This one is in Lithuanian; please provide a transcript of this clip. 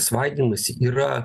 svaidymaisi yra